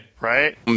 Right